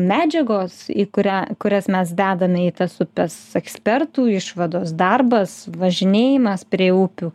medžiagos į kurią kurias mes dedame į tas upes ekspertų išvados darbas važinėjimas prie upių